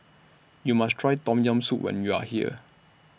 YOU must Try Tom Yam Soup when YOU Are here